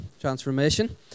Transformation